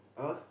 uh